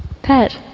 pat.